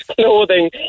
clothing